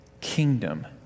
kingdom